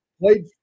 played